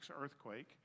earthquake